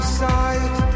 side